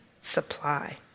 supply